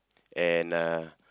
and uh